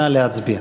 נא להצביע.